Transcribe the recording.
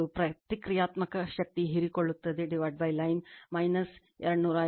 ಮತ್ತು ಪ್ರತಿಕ್ರಿಯಾತ್ಮಕ ಶಕ್ತಿ ಹೀರಿಕೊಳ್ಳುತ್ತದೆ ಲೈನ್ 278